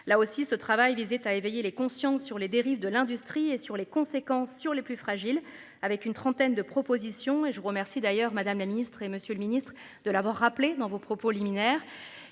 là aussi ce travail visait à éveiller les consciences sur les dérives de l'industrie et sur les conséquences sur les plus fragiles avec une trentaine de propositions et je remercie d'ailleurs Madame la Ministre et Monsieur le Ministre de l'avoir rappelé dans vos propos liminaire